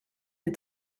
des